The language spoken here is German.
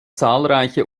zahlreiche